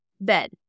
bed